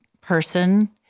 person